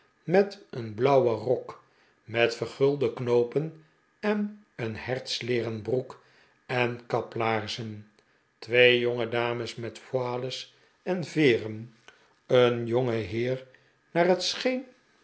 met een blauwen rok met ver guide knoopen en een hertsleeren broek en kaplaarzen twee jongedames met voiles en veeren een jonge heer naar het scheen